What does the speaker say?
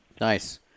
nice